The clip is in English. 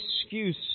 excuse